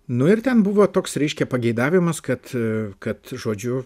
nu ir ten buvo toks reiškia pageidavimas kad kad žodžiu